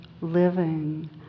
living